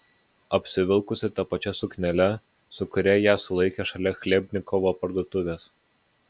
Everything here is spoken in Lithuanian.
apsivilkusi ta pačia suknele su kuria ją sulaikė šalia chlebnikovo parduotuvės